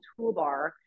toolbar